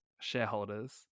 shareholders